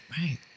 Right